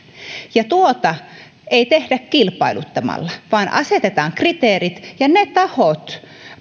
ja tuota ei tehdä kilpailuttamalla vaan asetetaan kriteerit ja ne tahot